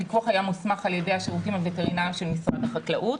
הפיקוח היה מוסמך על ידי השירותים הווטרינריים של משרד החקלאות